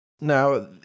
Now